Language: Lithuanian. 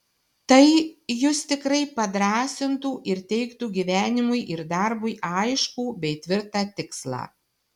tai jus tikrai padrąsintų ir teiktų gyvenimui ir darbui aiškų bei tvirtą tikslą